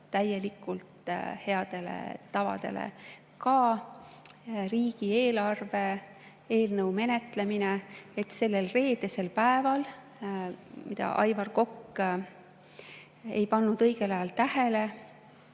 täielikult headele tavadele, ka riigieelarve eelnõu menetlemine. Sellel reedesel päeval, mida Aivar Kokk ei pannud õigel ajal tähele,